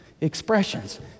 Expressions